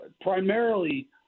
Primarily